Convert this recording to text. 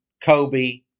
Kobe